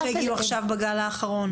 הגיעו עכשיו בגל האחרון?